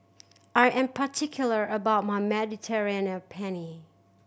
I am particular about my Mediterranean and Penne